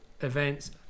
events